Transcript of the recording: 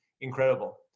incredible